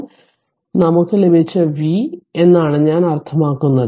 അതിനാൽ നമുക്ക് ലഭിച്ച V എന്നാണ് ഞാൻ അർത്ഥമാക്കുന്നത്